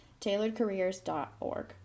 tailoredcareers.org